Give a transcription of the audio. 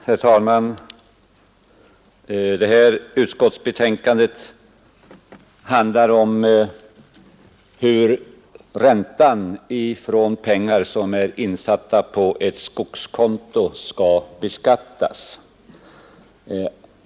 Herr talman! Detta utskottsbetänkande handlar om hur räntan på pengar som är insatta på skogskonto skall beskattas.